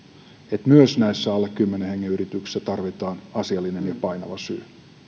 että myös näissä alle kymmenen hengen yrityksissä tarvitaan asiallinen ja painava syy